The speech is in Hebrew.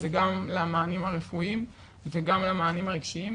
שזה גם למענים הרפואיים וגם למענים הרגשיים.